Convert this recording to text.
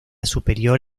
superior